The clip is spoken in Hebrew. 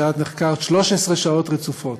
שאת נחקרת 13 שעות רצופות,